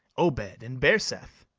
obed in bairseth,